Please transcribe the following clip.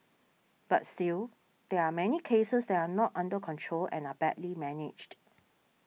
but still there are many cases that are not under control and are badly managed